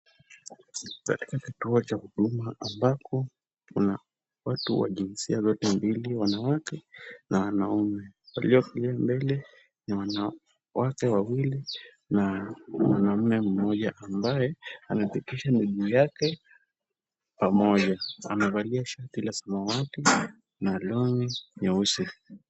Katika kituo cha huduma ambako kuna watu wa jinsia zote mbili, wanawake na wanaume. Waliokalia mbele ni wanawake wawili na mwanaume mmoja ambaye amepitisha miguu yake pamoja, amevalia shati la samawati na long'i nyeusi.